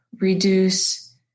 reduce